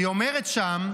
היא אומרת שם: